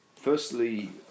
firstly